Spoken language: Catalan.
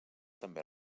també